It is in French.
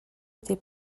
été